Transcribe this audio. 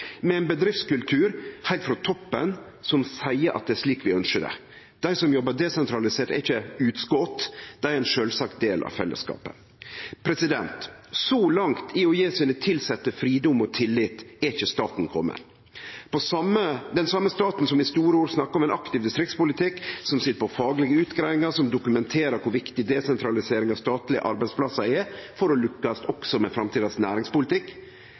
med ein bedriftskultur som heilt frå toppen seier at det er slik dei ønskjer det. Dei som jobbar desentralisert, er ikkje utskot, men ein sjølvsagd del av fellesskapet. Så langt i å gje sine tilsette fridom og tillit er ikkje staten komen. Den same staten som i store ord snakkar om ein aktiv distriktspolitikk, og som sit på faglege utgreiingar som dokumenterer kor viktig desentralisering av statlege arbeidsplassar er for å lukkast også med framtidas næringspolitikk,